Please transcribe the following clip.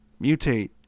mutate